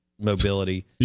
mobility